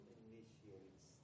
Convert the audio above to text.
initiates